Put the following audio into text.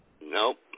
Nope